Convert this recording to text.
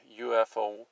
UFO